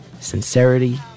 sincerity